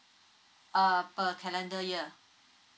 uh per calendar year